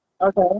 okay